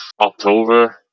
October